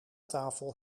tafel